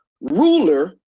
ruler